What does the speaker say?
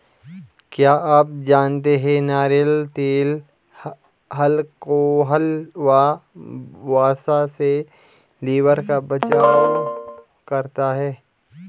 क्या आप जानते है नारियल तेल अल्कोहल व वसा से लिवर का बचाव करता है?